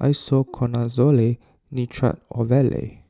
Isoconazole Nitrate Ovule